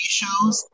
shows